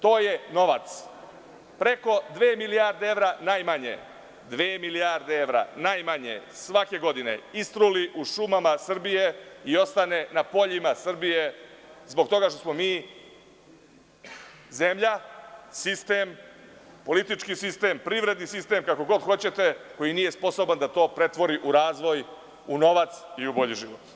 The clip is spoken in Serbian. To je novac, preko dve milijarde evra najmanje svake godine istruli u šumama Srbije i ostane na poljima Srbije zbog toga što smo mi zemlja, sistem, politički sistem, privredni sistem, kako god hoćete, koji nije sposoban da to pretvori u razvoj, u novac i u bolji život.